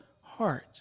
heart